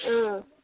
অঁ